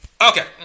Okay